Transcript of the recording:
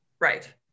Right